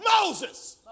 Moses